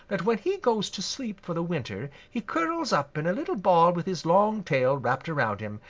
that when he goes to sleep for the winter he curls up in a little ball with his long tail wrapped around him,